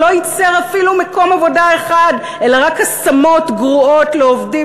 שלא ייצר אפילו מקום עבודה אחד אלא רק השמות גרועות לעובדים,